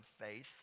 faith